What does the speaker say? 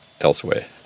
elsewhere